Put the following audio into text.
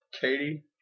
Katie